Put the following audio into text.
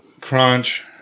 crunch